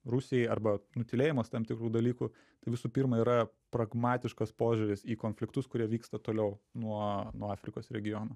rusijai arba nutylėjimas tam tikrų dalykų tai visų pirma yra pragmatiškas požiūris į konfliktus kurie vyksta toliau nuo nuo afrikos regiono